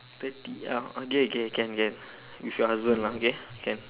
thirty ah okay okay can can with your husband lah okay can